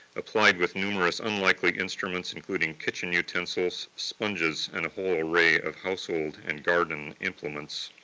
applied with numerous unlikely instruments including kitchen utensils, sponges, and a whole array of household and garden implements.